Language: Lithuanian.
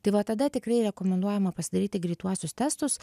tai va tada tikrai rekomenduojama pasidaryti greituosius testus